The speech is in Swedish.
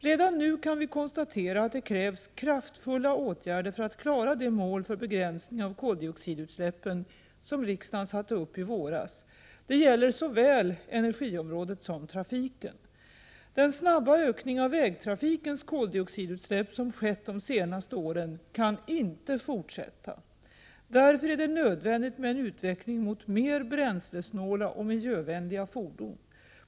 Redan nu kan vi konstatera att det krävs kraftfulla åtgärder för att klara det mål för begränsning av koldioxidutsläppen som riksdagen satte upp i våras. Det gäller såväl energiområdet som trafiken. Den snabba ökning av vägtrafikens koldioxidutsläpp som skett de senaste åren kan inte fortsätta. Därför är det nödvändigt med en utveckling mot mer bränslesnåla och miljövänliga fordon.